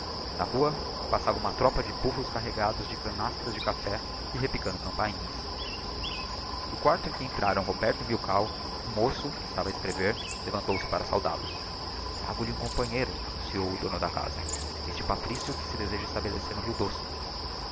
na rua passava uma tropa de burros carregados de canastras de café e repicando campainhas no quarto cm que entraram roberto e milkaii um moço que estava a escrever levantou-se para saudal os trago-lhe um companheiro annunciou o dono da casa este patrício que se deseja estabelecer no rio doce